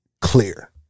clear